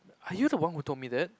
are you the one who told me that